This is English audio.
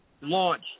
launch